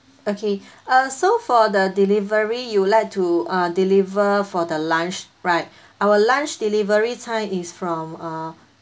okay uh so for the delivery you would like to uh deliver for the lunch right our lunch delivery time is from uh